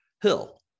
Hill